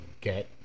get